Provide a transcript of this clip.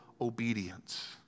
obedience